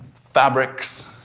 fabrics,